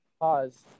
Pause